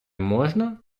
можна